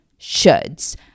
shoulds